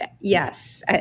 yes